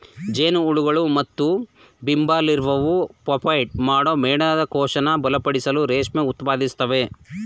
ಜೇನುಹುಳು ಮತ್ತುಬಂಬಲ್ಬೀಲಾರ್ವಾವು ಪ್ಯೂಪೇಟ್ ಮಾಡೋ ಮೇಣದಕೋಶನ ಬಲಪಡಿಸಲು ರೇಷ್ಮೆ ಉತ್ಪಾದಿಸ್ತವೆ